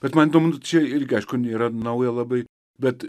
kad man įdomu čia irgi aišku nėra nauja labai bet